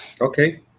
okay